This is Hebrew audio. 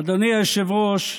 אדוני היושב-ראש,